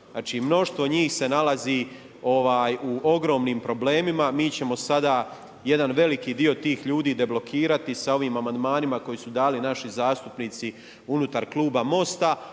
mnoštvo njih se nalazi u ogromnim problemima. Mi ćemo sada jedan veliki dio tih ljudi deblokirati sa ovim amandmanima koje su dali naši zastupnici unutar kluba MOST-a